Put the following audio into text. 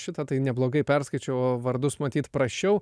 šitą tai neblogai perskaičiau o vardus matyt prasčiau